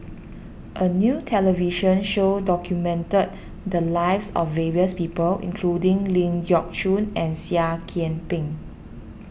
a new television show documented the lives of various people including Ling Geok Choon and Seah Kian Peng